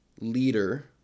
leader